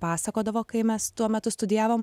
pasakodavo kai mes tuo metu studijavom